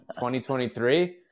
2023